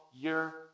year